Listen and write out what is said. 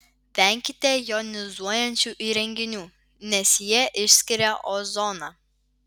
venkite jonizuojančių įrenginių nes jie išskiria ozoną